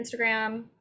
Instagram